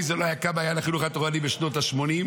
זה לא היה קם מעיין החינוך התורני בשנות השמונים,